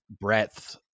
breadth